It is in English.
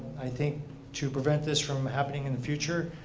i think to prevent this from happening in the future,